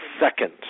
second